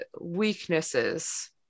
Weaknesses